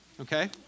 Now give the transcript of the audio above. okay